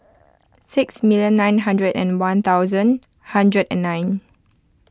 six million nine hundred and one thousand hundred and nine